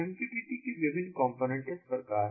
MQTT के विभिन्न component इस प्रकार हैं